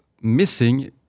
missing